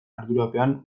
ardurapean